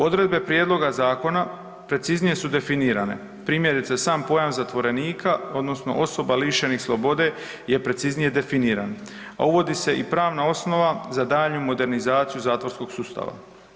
Odredbe prijedloga zakona preciznije su definirane; primjerice, sam pojam zatvorenika, odnosno osoba lišenih slobode je preciznije definiran, a uvodi se i pravna osoba za daljnju modernizaciju zatvorskog sustava.